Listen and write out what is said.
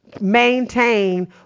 maintain